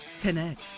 Connect